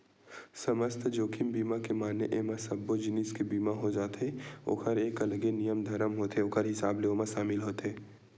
समस्त जोखिम बीमा के माने एमा सब्बो जिनिस के बीमा हो जाथे ओखर एक अलगे नियम धरम होथे ओखर हिसाब ले ओमा सामिल होथे